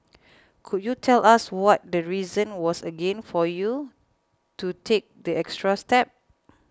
could you tell us what the reason was again for you to take the extra step